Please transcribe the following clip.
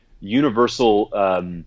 universal